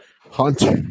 Hunter